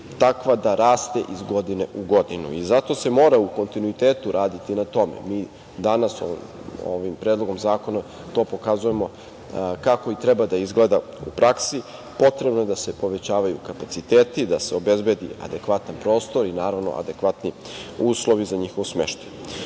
takva da raste iz godine u godinu i zato se mora u kontinuitetu raditi na tome. Mi danas ovim predlogom zakona pokazujemo kako treba da izgleda u praksi, potrebno je da se povećavaju kapaciteti, da se obezbedi adekvatan prostor i, naravno, adekvatni uslovi za njihov smeštaj. Šta